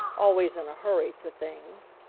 always in a hurry for things.